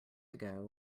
ago